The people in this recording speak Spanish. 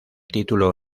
título